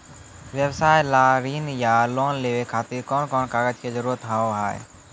व्यवसाय ला ऋण या लोन लेवे खातिर कौन कौन कागज के जरूरत हाव हाय?